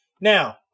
now